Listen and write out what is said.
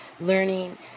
learning